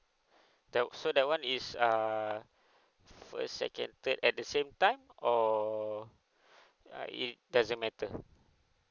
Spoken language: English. that so that one is err first second third at the same time or uh it doesn't matter